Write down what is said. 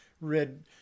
red